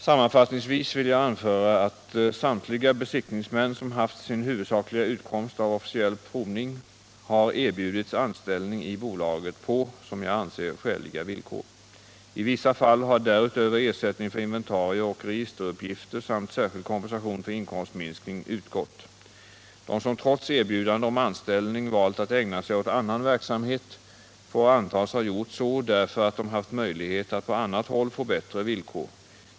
Sammanfattningsvis vill jag anföra att samtliga besiktningsmän som haft sin huvudsakliga utkomst av officiell provning har erbjudits anställning i bolaget på, som jag anser, skäliga villkor. I vissa fall har därutöver ersättning för inventarier och registeruppgifter samt särskild kompensation för inkomstminskning utgått. De som trots erbjudande om anställning valt att ägna sig åt annan verksamhet får antas ha gjort så därför att de haft möjlighet att på annat håll få bättre villkor.